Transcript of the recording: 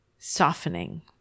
Softening